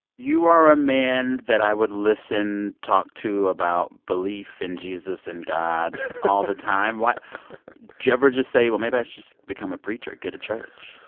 you are a man that i would listen, talk to, about belief in jesus and god all the time. why do you ever just say, well, maybe i should just become a preacher, get a church?